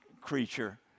creature